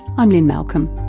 i'm lynne malcolm.